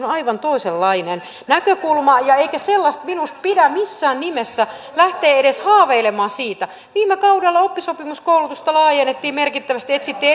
on aivan toisenlainen näkökulma eikä sellaisesta minusta pidä missään nimessä lähteä edes haaveilemaan viime kaudella oppisopimuskoulutusta laajennettiin merkittävästi etsittiin